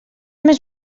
més